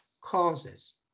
causes